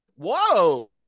whoa